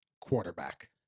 quarterback